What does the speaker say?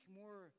more